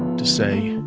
to say,